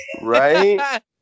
right